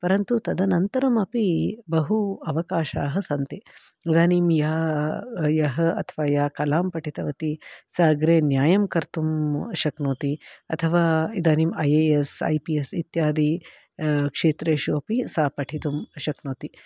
परन्तु तदनन्तरमपि बहु अवकाशाः सन्ति इदानीं य यः अथवा या कलां पठितवती सा अग्रे न्यायं कर्तुं शक्नोति अथवा इदानिम् I A S I P S इत्यादि क्षेत्रेषु अपि सा पठितुं शक्नोति